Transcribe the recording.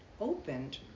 opened